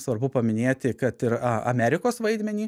svarbu paminėti kad ir a amerikos vaidmenį